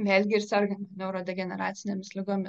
vėl gi ir sergant neurodegeneracinėmis ligomis